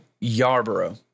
Yarborough